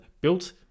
built